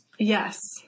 Yes